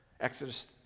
Exodus